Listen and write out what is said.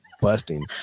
busting